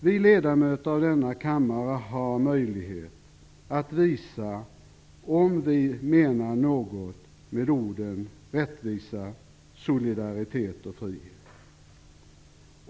Vi ledamöter av denna kammare har möjlighet att visa om vi menar någonting med orden rättvisa, solidaritet och frihet.